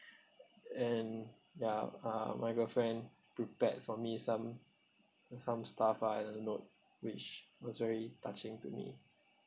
and ya uh my girlfriend prepared for me some some stuff ah I don't know which was very touching to me